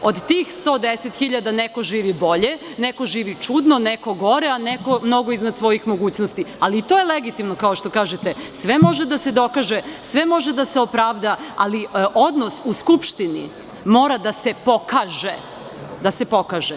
Od tih 110 hiljada neko živi bolje, neko živi čudno, neko gore, a neko mnogo iznad svojih mogućnosti, ali i to je legitimno kao što kažete, sve može da se dokaže, sve može da se opravda, ali odnos u Skupštini mora da se pokaže.